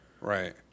Right